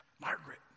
Margaret